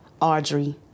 Audrey